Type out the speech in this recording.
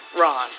Ron